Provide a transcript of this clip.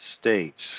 states